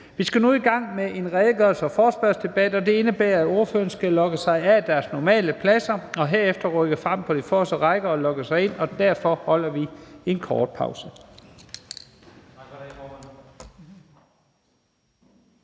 Vi skal nu i gang med en redegørelses- og forespørgselsdebat, og det indebærer, at ordførerne skal logge sig af deres normale pladser og herefter rykke frem på de forreste rækker og logge sig ind. Derfor holder vi en kort pause.